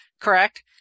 correct